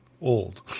Old